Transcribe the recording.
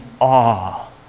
awe